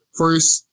first